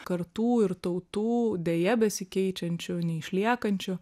kartų ir tautų deja besikeičiančių neišliekančių